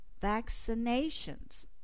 vaccinations